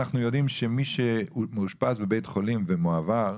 אנחנו יודעים שמי שמאושפז בבית חולים ומועבר,